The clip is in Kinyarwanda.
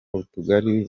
utugari